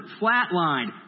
flatlined